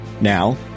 Now